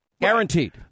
Guaranteed